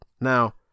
Now